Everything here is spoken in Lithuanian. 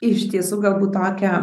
iš tiesų galbūt tokią